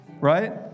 right